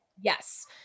Yes